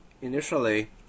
Initially